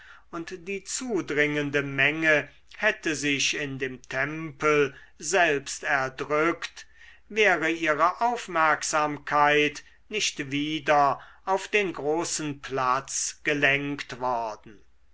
und die zudringende menge hätte sich in dem tempel selbst erdrückt wäre ihre aufmerksamkeit nicht wieder auf den großen platz gelenkt worden